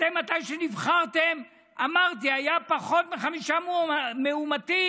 אתם, כשנבחרתם, אמרתי, היו פחות מחמישה מאומתים.